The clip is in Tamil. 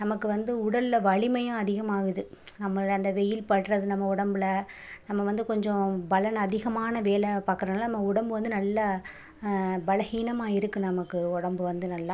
நமக்கு வந்து உடலில் வலிமையும் அதிகமாகுது நம்மளை அந்த வெயில் படுகிறது நம்ம உடம்பில் நம்ம வந்து கொஞ்சம் பலன் அதிகமான வேலை பார்க்குறனால நம்ம உடம்பு வந்து நல்லா பலகீனமா இருக்குது நமக்கு உடம்பு வந்து நல்லா